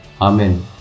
Amen